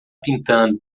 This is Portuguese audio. pintando